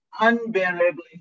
unbearably